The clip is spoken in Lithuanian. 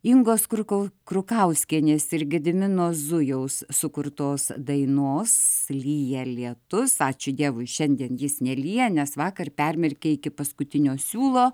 ingos kruko krukauskienės ir gedimino zujaus sukurtos dainos lyja lietus ačiū dievui šiandien jis nelija nes vakar permerkė iki paskutinio siūlo